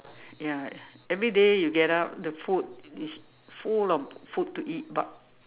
ya everyday you get up the food is full of food to eat but